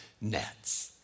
nets